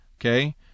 okay